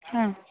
ಹಾಂ